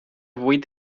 buit